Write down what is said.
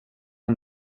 han